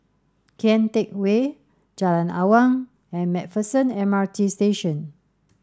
Kian Teck Way Jalan Awang and MacPherson M R T Station